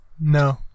no